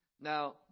Now